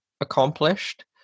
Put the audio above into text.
accomplished